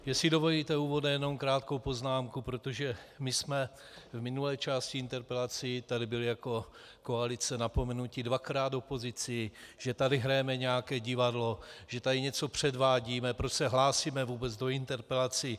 Jestli dovolíte, úvodem jenom krátkou poznámku, protože my jsme v minulé části interpelací tady byli jako koalice napomenuti dvakrát opozicí, že tady hrajeme nějaké divadlo, že tady něco předvádíme, proč se hlásíme vůbec do interpelací.